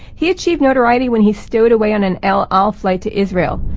he achieved notoriety when he stowed away on an el al flight to israel.